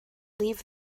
leave